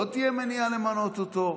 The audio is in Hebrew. לא תהיה מניעה למנות אותו?